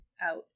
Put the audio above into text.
out